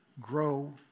grow